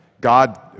God